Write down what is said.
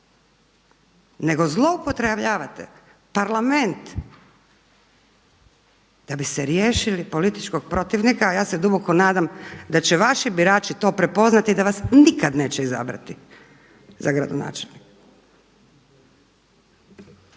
Nego zloupotrebljavate Parlament da bi se riješili političkog protivnika a ja se duboko nadam da će vaši birači to prepoznati i da vas nikad neće izabrati za gradonačelnika.